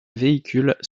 véhicules